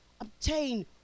obtain